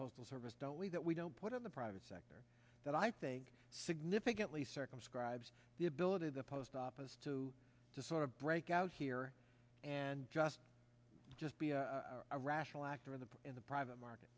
postal service don't we that we don't put in the private sector that i think significantly circumscribes the ability the post office to to sort of break out here and just just be a rational actor in the in the private market